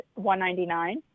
$199